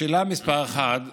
לשאלה מס' 1: